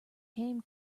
came